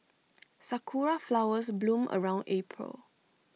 Sakura Flowers bloom around April